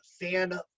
fan